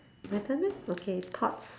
my turn meh okay thoughts